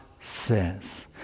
says